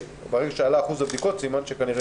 שברגע שעלה אחוז הבדיקות סימן שכנראה